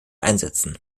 einsetzen